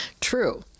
true